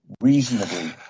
reasonably